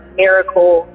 miracle